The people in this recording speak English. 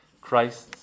Christ's